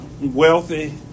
wealthy